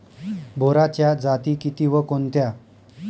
बोराच्या जाती किती व कोणत्या?